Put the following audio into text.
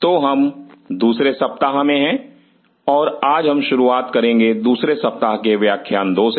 तो हम दूसरे सप्ताह में हैं और आज हम शुरुआत करेंगे दूसरे सप्ताह के व्याख्यान दो से